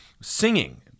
singing